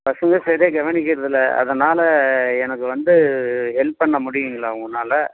பசங்க சைடே கவனிக்கின்றது இல்லை அதனால் எனக்கு வந்து ஹெல்ப் பண்ண முடியுங்களா உன்னால்